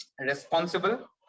responsible